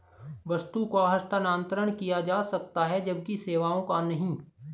वस्तु का हस्तांतरण किया जा सकता है जबकि सेवाओं का नहीं